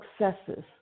successes